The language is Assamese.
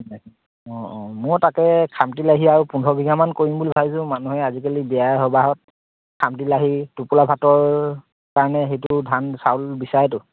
তাকে অঁ অঁ ময়ো তাকে খামটিলাহী আৰু পোন্ধৰ বিঘামান কৰিম বুলি ভাবিছোঁ মানুহে আজিকালি বিয়াই সবাহত খামটিলাহী টোপোলা ভাতৰ কাৰণে সেইটো ধান চাউল বিচাৰেতো